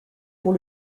pour